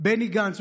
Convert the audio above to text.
בני גנץ,